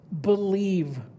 believe